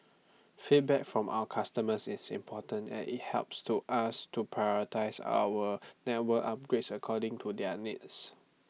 feedback from our customers is important at IT helps to us to prioritise our network upgrades according to their needs